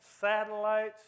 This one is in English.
satellites